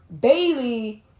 Bailey